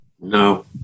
No